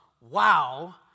wow